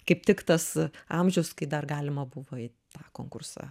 kaip tik tas amžius kai dar galima buvo į tą konkursą